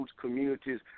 communities